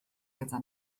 gyda